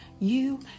You